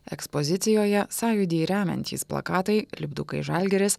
ekspozicijoje sąjūdį remiantys plakatai lipdukai žalgiris